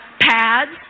pads